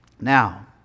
Now